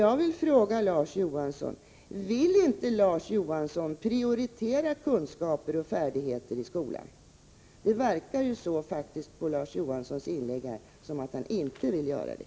Jag vill fråga Larz Johansson: Vill inte Larz Johansson prioritera kunskaper och färdigheter i skolan? Det verkar faktiskt att döma av Larz Johanssons anförande som om han inte vill göra det.